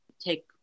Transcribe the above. take